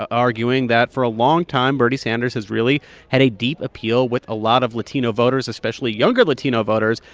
arguing that for a long time, bernie sanders has really had a deep appeal with a lot of latino voters especially younger latino voters.